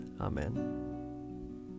Amen